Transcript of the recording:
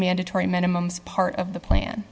mandatory minimums part of the plan